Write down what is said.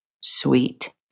sweet